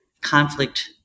conflict